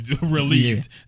released